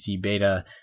beta